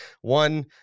one